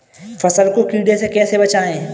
फसल को कीड़े से कैसे बचाएँ?